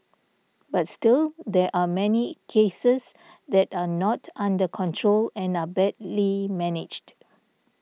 but still there are many cases that are not under control and are badly managed